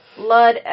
Blood